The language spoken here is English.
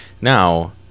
Now